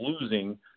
losing